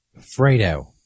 Fredo